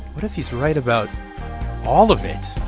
what if he's right about all of it?